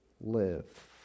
live